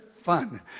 fun